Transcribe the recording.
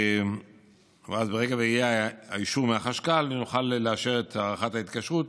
ואז ברגע שיהיה האישור מהחשכ"ל נוכל לאשר את הארכת ההתקשרות